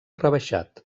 rebaixat